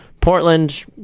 Portland